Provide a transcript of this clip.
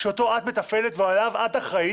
שאותו את מתפעלת ועליו את אחראית,